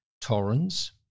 Torrens